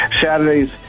Saturdays